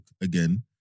again